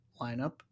lineup